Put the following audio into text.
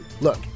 Look